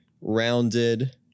rounded